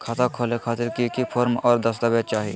खाता खोले खातिर की की फॉर्म और दस्तावेज चाही?